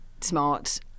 smart